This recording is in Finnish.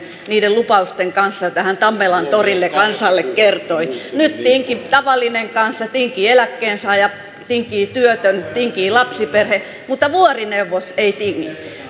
niiden lupausten kanssa joita hän tammelan torilla kansalle kertoi nyt tinkii tavallinen kansa tinkii eläkkeensaaja tinkii työtön tinkii lapsiperhe mutta vuorineuvos ei tingi